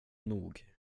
nog